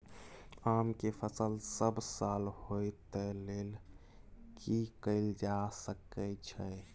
आम के फसल सब साल होय तै लेल की कैल जा सकै छै?